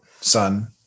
son